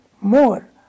more